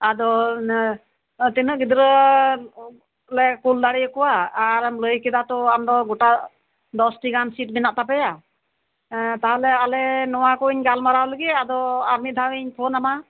ᱟᱫᱚ ᱛᱤᱱᱟᱹᱜ ᱜᱤᱫᱽᱨᱟᱹ ᱞᱮ ᱠᱩᱞ ᱫᱟᱲᱮᱭᱟᱠᱚᱣᱟ ᱟᱨᱮᱢ ᱞᱟᱹᱭ ᱠᱮᱫᱟ ᱛᱚ ᱟᱢᱫᱚ ᱜᱚᱴᱟ ᱫᱚᱥᱴᱤ ᱜᱟᱱ ᱥᱤᱴ ᱢᱮᱱᱟᱜ ᱛᱟᱯᱮᱭᱟ ᱛᱟᱞᱦᱮ ᱟᱞᱮ ᱱᱚᱣᱟ ᱠᱩᱧ ᱜᱟᱞᱢᱟᱨᱟᱣ ᱞᱮᱜᱮ ᱟᱨᱢᱤᱫ ᱫᱷᱟᱣᱤᱧ ᱯᱷᱳᱱᱟᱢᱟ